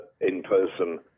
in-person